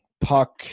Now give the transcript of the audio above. puck